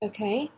Okay